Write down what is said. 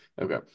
Okay